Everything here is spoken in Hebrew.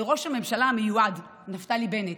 לראש הממשלה המיועד נפתלי בנט.